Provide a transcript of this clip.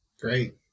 Great